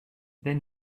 then